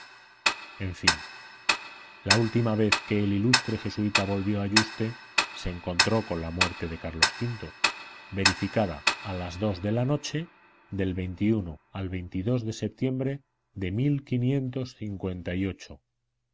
en fin la última vez que el ilustre jesuita volvió a yuste se encontró con la muerte de carlos v verificada a las dos de la noche del al de septiembre de